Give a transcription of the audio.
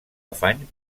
afany